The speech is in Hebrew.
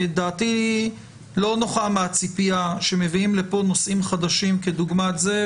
דעתי לא נוחה מהציפייה שמביאים לפה נושאים חדשים כדוגמת זה,